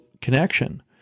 connection